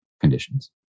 conditions